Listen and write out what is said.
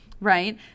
Right